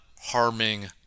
harming